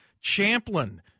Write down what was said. Champlin